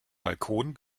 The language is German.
balkon